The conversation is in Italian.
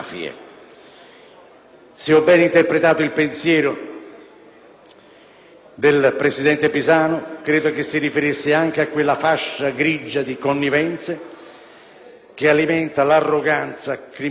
del presidente Pisanu, credo che egli si riferisse anche a quella fascia grigia di connivenze che alimenta l'arroganza criminale mafiosa, specialmente nei territori a più alta densità specifica.